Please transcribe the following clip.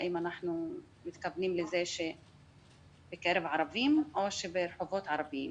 האם אנחנו מתכוונים לזה בקרב ערבים או ברחובות ערביים.